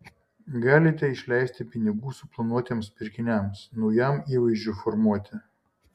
galite išleisti pinigų suplanuotiems pirkiniams naujam įvaizdžiui formuoti